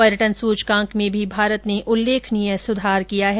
पर्यटन सूचकांक में भी उल्लेखनीय सुधार किया है